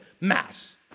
mass